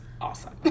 awesome